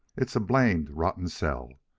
it's a blamed rotten sell.